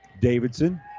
Davidson